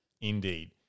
Indeed